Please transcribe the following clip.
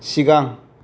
सिगां